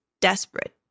desperate